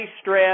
stress